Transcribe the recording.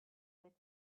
with